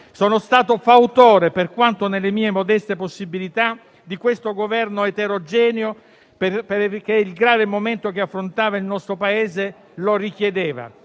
Sono stato fautore, per quanto nelle mie modeste possibilità, di questo Governo eterogeneo, perché il grave momento che affrontava il nostro Paese lo richiedeva,